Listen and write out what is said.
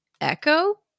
Echo